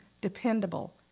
dependable